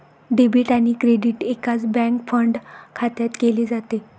debit आणि credit एकाच bank fund खात्यात केले जाते